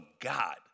God